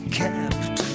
kept